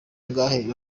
bangahe